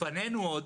לפנינו עוד